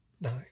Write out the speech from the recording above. nine